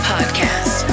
Podcast